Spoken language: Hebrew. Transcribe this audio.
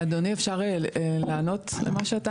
אדוני, אפשר לענות על זה?